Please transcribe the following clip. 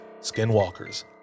skinwalkers